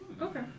Okay